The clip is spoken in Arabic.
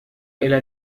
إلى